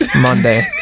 Monday